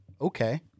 okay